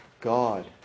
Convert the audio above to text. God